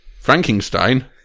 Frankenstein